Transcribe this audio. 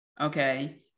Okay